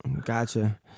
Gotcha